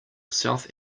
south